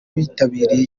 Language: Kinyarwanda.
bitabiriye